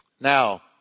Now